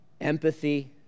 empathy